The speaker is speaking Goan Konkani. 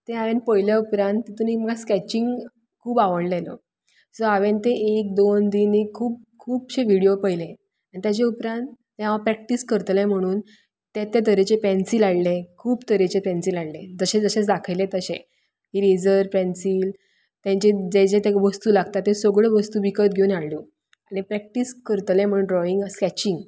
ते हांवें पळयल्या उपरांत तातूंत म्हाका एक स्केचिंग खूब आवडिल्लो सो हांवें ते एक दोन तीन खूब खुबशे विडीयो पळयले आनी ताजे उपरांत ते हांव प्रेक्टीस करतले म्हणून ते ते तरेचे पेन्सिल हाडले खूब तरेचे पेन्सिल हाडले जशे जशे दाखयले तशें इरेजर पेन्सिल तांचे जे जे वस्तू लागता त्यो सगळ्यो वस्तू विकत घेवन हाडल्यो आनी प्रेक्टीस करतलें म्हूण ड्रोइंग स्केचिंग